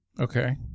okay